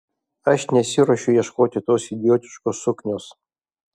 aš nesiruošiu ieškoti tos idiotiškos suknios